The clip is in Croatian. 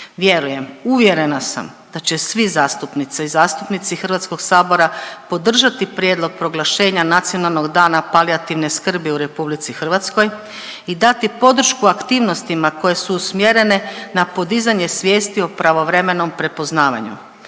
Vjerujem, uvjerena sam da će svi zastupnice i zastupnici HS podržati Prijedlog proglašenja Nacionalnog dana palijativne skrbi u RH i dati podršku aktivnostima koje su usmjerene na podizanje svijesti o pravovremenom prepoznavanju